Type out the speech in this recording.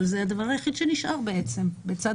אבל זה הדבר היחיד שנשאר בעצם לצד